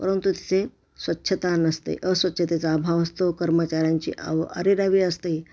परंतु तिथे स्वच्छता नसते स्वच्छतेचा अभाव असतो कर्मचाऱ्यांची आव अरेरावी असते